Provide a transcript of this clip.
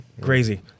crazy